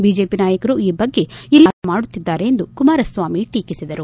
BJP ನಾಯಕರು ಈ ಬಗ್ಗೆ ಇಲ್ಲಸಲ್ಲದ ಆರೋಪ ಮಾಡುತ್ತಿದ್ದಾರೆ ಎಂದು ಕುಮಾರಸ್ವಾಮಿ ಟೀಕಿಸಿದರು